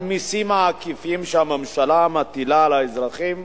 על המסים העקיפים שהממשלה מטילה על האזרחים,